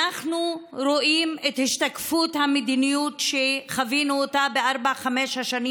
אנחנו רואים את השתקפות המדיניות שחווינו בארבע-חמש השנים